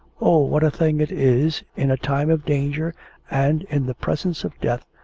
o, what a thing it is, in a time of danger and in the presence of death,